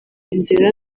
inzira